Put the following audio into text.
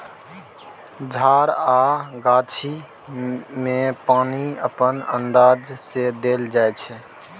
झार आ गाछी मे पानि अपन अंदाज सँ देल जाइ छै